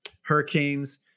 hurricanes